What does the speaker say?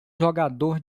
jogador